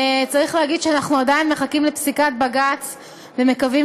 צריך להגיד שאנחנו עדיין מחכים לפסיקת בג"ץ ומקווים